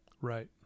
Right